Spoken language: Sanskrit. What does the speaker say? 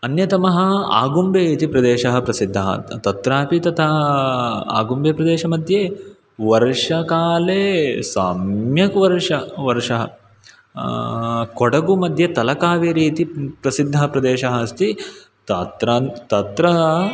अन्यतमः आगुम्बे इति प्रदेशः प्रसिद्धः तत्रापि तथा आगुम्बे प्रदेशमध्ये वर्षकाले सम्यक् वर्षः कोडगुमद्ये तलकावेरि इति प्रसिद्धः प्रदेशः अस्ति तत्र तत्र